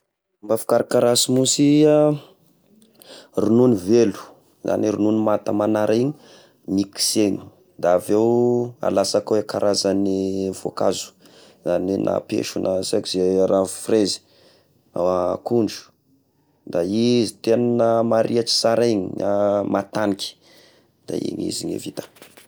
Fomba fikarakara smoothie ah, ronono velo na ny ronono manta magnara igny, mixegny da avy eo alasaka ao i karazagny voankazo, amy na peso na sy aiko zay raha frezy, akondro da io izy tegna marihitry sara igny, matagniky da igny izy ny vita.